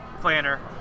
Planner